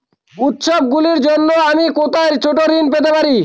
উত্সবগুলির জন্য আমি কোথায় ছোট ঋণ পেতে পারি?